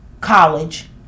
college